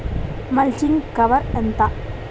Mulching cover ఎంత?